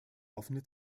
offene